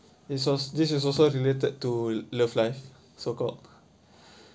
this was this was also related to love life so called